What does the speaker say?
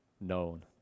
known